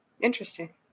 Interesting